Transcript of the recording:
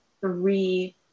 three